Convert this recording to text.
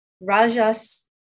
rajas